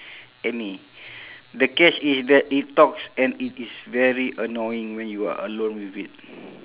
any the catch is that it talks and it is very annoying when you are alone with it